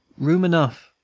room enough,